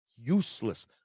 Useless